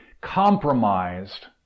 compromised